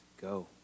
go